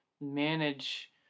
manage